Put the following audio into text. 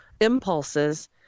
impulses